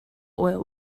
oil